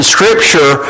Scripture